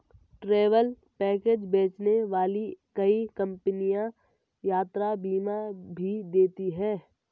travel package बेचने वाली कई कंपनियां यात्रा बीमा भी देती हैं